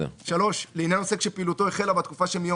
"(3)לעניין עוסק שפעילותו החלה בתקופה שמיום